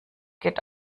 geht